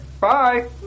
Bye